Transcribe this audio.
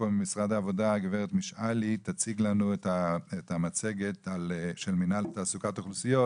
הגברת משעלי תציג לנו את המצגת של מנהל תעסוקת אוכלוסיות,